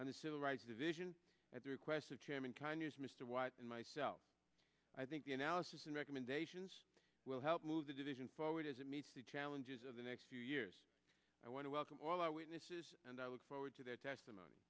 on the civil rights division at the request of chairman conyers mr white and myself i think the analysis and recommendations will help move the decision forward as it meets the challenges of the next few years i want to welcome all our witnesses and i look forward to their testimony